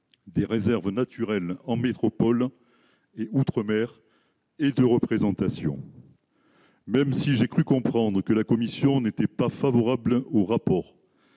des réserves naturelles en métropole et Outre-Mer et de représentation, même si j'ai cru comprendre que la commission n'était pas favorable au rapport